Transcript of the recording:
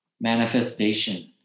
Manifestation